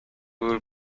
will